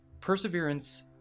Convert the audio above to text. Perseverance